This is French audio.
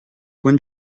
coin